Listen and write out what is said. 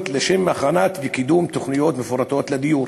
לשם הכנה וקידום של תוכניות מפורטות לדיור.